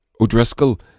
O'Driscoll